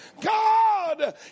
God